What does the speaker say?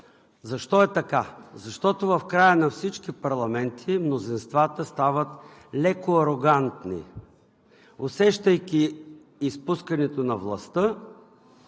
Защо е така? Защото в края на всички парламенти мнозинствата стават леко арогантни – усещайки изпускането на властта,